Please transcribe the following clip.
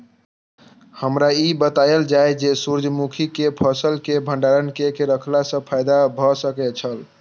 हमरा ई बतायल जाए जे सूर्य मुखी केय फसल केय भंडारण केय के रखला सं फायदा भ सकेय छल?